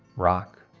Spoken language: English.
rock,